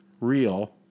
real